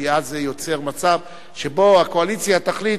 כי אז זה יוצר מצב שבו הקואליציה תחליט